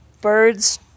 Birds